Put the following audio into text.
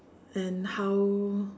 and how